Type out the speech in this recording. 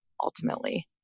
ultimately